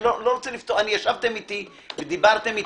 ישבתם אתי ודיברתם אתי.